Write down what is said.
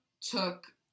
took